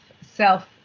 self